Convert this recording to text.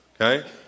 Okay